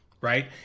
right